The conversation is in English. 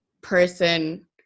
person